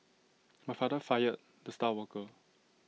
my father fired the star worker